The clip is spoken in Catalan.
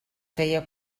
feia